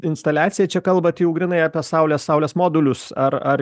instaliacija čia kalbat jau grynai apie saulės saulės modulius ar ar